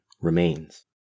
remains